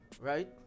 right